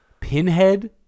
pinhead